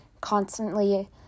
constantly